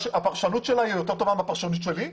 הפרשנות שלה היא יותר טובה מהפרשנות שלי?